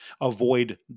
avoid